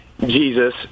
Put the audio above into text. Jesus